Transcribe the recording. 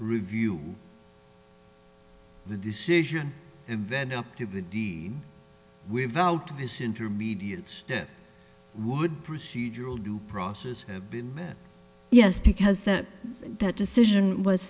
review the decision and then up to the deed without this intermediate step would be procedural due process have been met yes because that that decision was